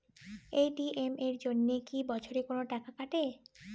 ATM এর জন্যে কি বছরে কোনো টাকা কাটে?